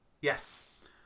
Yes